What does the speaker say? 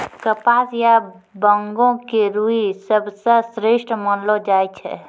कपास या बांगो के रूई सबसं श्रेष्ठ मानलो जाय छै